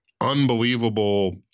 unbelievable